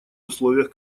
условиях